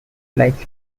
flights